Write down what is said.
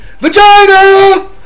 Vagina